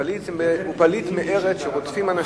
פליט הוא פליט מארץ שרודפים אנשים